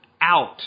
out